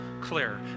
clear